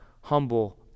humble